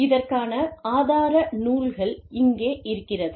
இதற்கான ஆதார நூல்கள் இங்கே இருக்கிறது